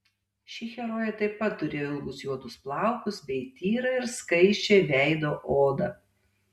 ši herojė taip pat turėjo ilgus juodus plaukus bei tyrą ir skaisčią veido odą